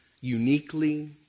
uniquely